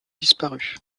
disparu